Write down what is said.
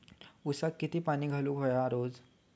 ऊसाक किती पाणी घालूक व्हया रोज?